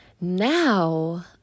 Now